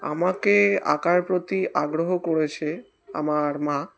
আমাকে আঁকার প্রতি আগ্রহ করেছে আমার মা